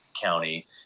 county